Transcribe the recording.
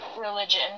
religion